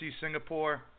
Singapore